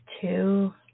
two